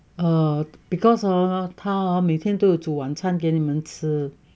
err because hor 他每天都有煮晚餐给你们吃